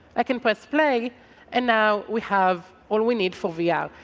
i can press play and now we have all we need for vr. yeah